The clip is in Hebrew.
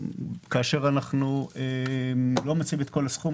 אנחנו לא ממצים את כל הסכום,